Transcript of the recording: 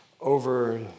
over